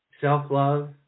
self-love